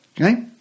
okay